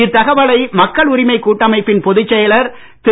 இத்தகவலை மக்கள் உரிமைக் கூட்டமைப்பின் பொதுச்செயலர் திரு